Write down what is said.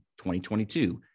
2022